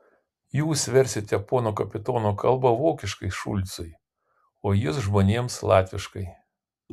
jūs versite pono kapitono kalbą vokiškai šulcui o jis žmonėms latviškai